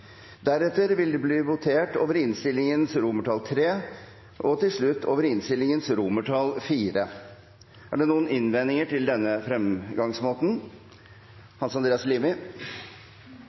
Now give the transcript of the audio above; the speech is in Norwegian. Deretter vil det bli votert over innstillingens III, og til slutt over innstillingens IV. Er det noen innvendinger til denne fremgangsmåten? – Hans Andreas Limi.